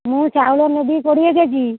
ମୁଁ ଚାଉଳ ନେବି କୋଡ଼ିଏ କେଜି